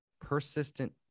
persistent